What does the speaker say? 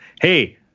hey